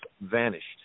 vanished